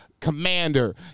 Commander